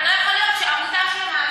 אבל לא יכול להיות שעמותה שלמה,